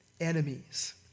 enemies